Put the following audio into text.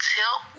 Tilt